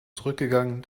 zurückgegangen